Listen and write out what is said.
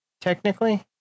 Technically